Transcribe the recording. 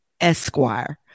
Esquire